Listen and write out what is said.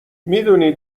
میدونی